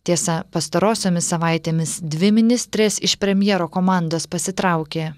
tiesa pastarosiomis savaitėmis dvi ministrės iš premjero komandos pasitraukė